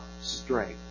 strength